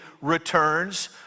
returns